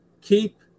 keep